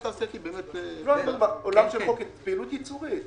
פעילות ייצורית.